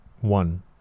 one